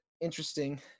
interesting